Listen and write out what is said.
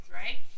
right